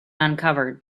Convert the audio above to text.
uncovered